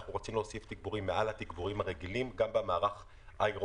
אנחנו רוצים להוסיף תגבורים מעל התגבורים הרגילים גם במערך העירוני.